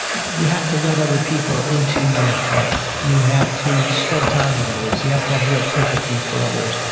you have to let other people into your heart. you have to spend time with others. you have to have real empathy for others.